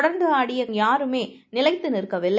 தொடர்ந்துஆடியயாருமேநிலைத்துநிற்கவில்லை